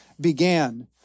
began